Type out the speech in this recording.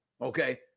okay